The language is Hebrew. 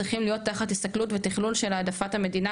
צריכים להיות תחת הסתכלות ותכלול של העדפת המדינה,